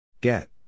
get